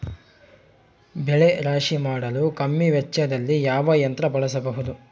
ಬೆಳೆ ರಾಶಿ ಮಾಡಲು ಕಮ್ಮಿ ವೆಚ್ಚದಲ್ಲಿ ಯಾವ ಯಂತ್ರ ಬಳಸಬಹುದು?